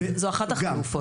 זו אחת החלופות.